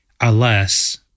Alas